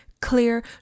clear